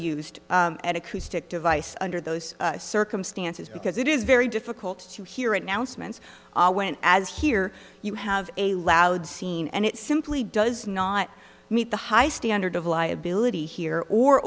acoustic device under those circumstances because it is very difficult to hear it now smith's went as here you have a loud scene and it simply does not meet the high standard of liability here or